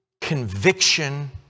conviction